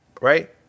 Right